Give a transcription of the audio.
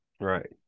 right